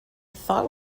thought